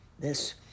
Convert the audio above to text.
This